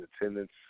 attendance